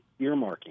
earmarking